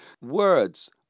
Words